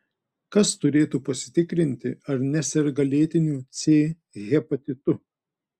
kas turėtų pasitikrinti ar neserga lėtiniu c hepatitu